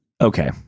Okay